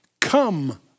Come